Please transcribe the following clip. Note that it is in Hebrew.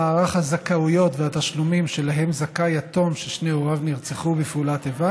מערך הזכאויות והתשלומים שלהם זכאי יתום ששני הוריו נרצחו בפעולת איבה